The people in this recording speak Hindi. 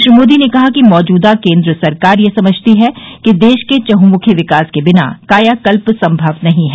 श्री मोदी ने कहा कि मौजूदा केन्द्र सरकार यह समझती है कि देश के चहुंमुखी विकास के बिना कायाकल्प संभव नहीं है